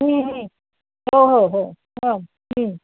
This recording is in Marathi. हो हो हो हं